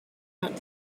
not